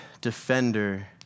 defender